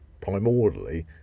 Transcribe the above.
primordially